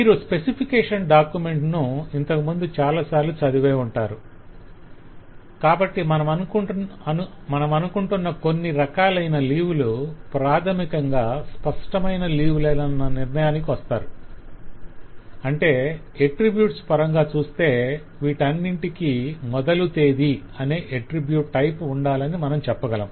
మీరు specification document ను ఇంతకుముందు చాలాసార్లు చదివేవుంటారు కాబట్టి మనమనుకొంటున్న అన్ని రకాలైన లీవ్ లు ప్రాధమికంగా స్పష్టమైన లీవ్ లేనన్న నిర్ణయానికి వస్తారు - అంటే అట్రిబ్యుట్స్ పరంగా చూస్తే వీటన్నింటికి మొదలు తేదీ 'start date' అనే అట్రిబ్యుట్ టైపు ఉండాలని మన చెప్పగలం